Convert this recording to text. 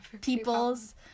people's